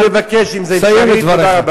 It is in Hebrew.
סיים את דבריך.